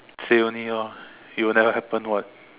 say only ah it will never happen [what]